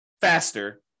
faster